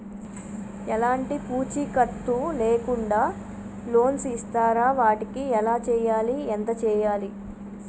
ఎలాంటి పూచీకత్తు లేకుండా లోన్స్ ఇస్తారా వాటికి ఎలా చేయాలి ఎంత చేయాలి?